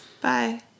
Bye